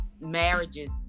marriages